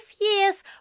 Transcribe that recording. years